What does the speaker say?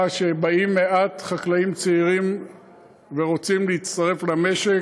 שבאים מעט חקלאים צעירים ורוצים להצטרף למשק?